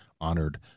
honored